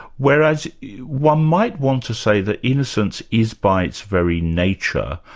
whereas one might want to say that innocence is, by its very nature,